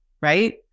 right